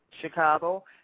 Chicago